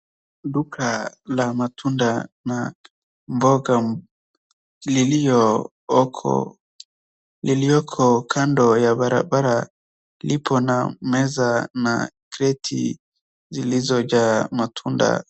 Duka la matunda na mboga lilioko kando ya barabara lipo na meza na kreti zilizojaa matunda.